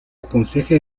aconseja